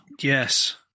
Yes